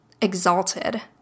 Exalted